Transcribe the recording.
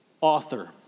author